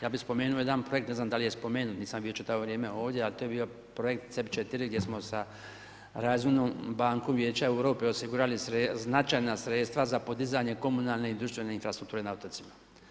Ja bih spomenuo jedan projekt, ne znam da li je spomenut, nisam bio čitavo vrijeme ovdje, a to je bio projekt ... 4 gdje smo sa ... bankom Vijeća Europe osigurali značajna sredstva za podizanje komunalne i društvene infrastrukture na otocima.